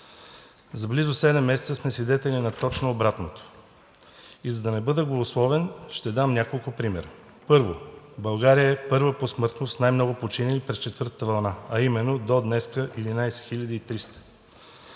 За близо седем месеца сме свидетели на точно обратното. И за да не бъда голословен, ще дам няколко примера. Първо, България е първа по смъртност с най-много починали през четвъртата вълна, а именно до днес 11 300.